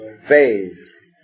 Phase